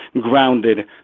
grounded